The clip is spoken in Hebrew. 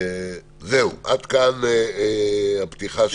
עד כאן הפתיחה שלי,